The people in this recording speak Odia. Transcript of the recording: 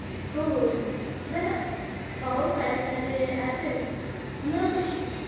କ'ଣ କହୁଛୁ ଯିବା ତ ହ ହେଉ କାଲି ତାହେଲେ ଆସେ ଆଉ ମୁଁ ରଖୁଛି